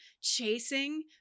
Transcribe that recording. chasing